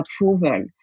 approval